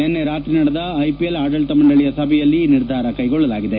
ನಿನ್ನೆ ರಾತ್ರಿ ನಡೆದ ಐಪಿಎಲ್ ಆಡಳಿತ ಮಂಡಳಿಯ ಸಭೆಯಲ್ಲಿ ಈ ನಿರ್ಧಾರ ಕ್ಲೆಗೊಳ್ಳಲಾಗಿದೆ